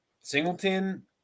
Singleton